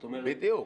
בדיוק.